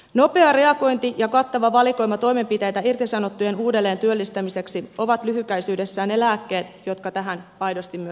nopea reagointi ja kattava valikoima toimenpiteitä irtisanottujen uudelleen työllistämiseksi ovat lyhykäisyydessään ne lääkkeet jotka tähän aidosti myös tepsivät